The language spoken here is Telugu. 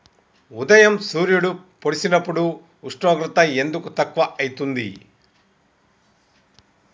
ఉదయం సూర్యుడు పొడిసినప్పుడు ఉష్ణోగ్రత ఎందుకు తక్కువ ఐతుంది?